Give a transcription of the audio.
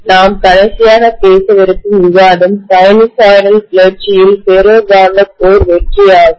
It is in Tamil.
ஆகவே நாம் கடைசியாகப் பேசவிருக்கும் விவாதம் சைனூசாய்டல் கிளர்ச்சி இல் ஃபெரோ காந்த கோர் வெற்றி ஆகும்